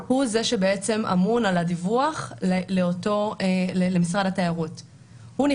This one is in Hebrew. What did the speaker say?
הוא לא נשאר לבידוד במלון שהוא מלון תו ירוק.